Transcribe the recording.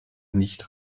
nicht